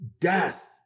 death